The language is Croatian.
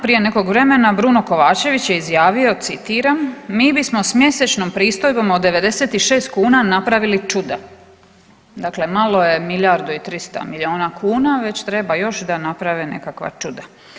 Prije nekog vremena Bruno Kovačević je izjavio citiram: „Mi bismo s mjesečnom pristojbom od 96 kuna napravili čuda.“ Dakle, malo je milijardu i 300 milijuna kuna, već treba još da naprave nekakva čuda.